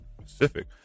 pacific